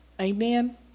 Amen